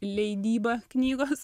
leidyba knygos